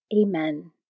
Amen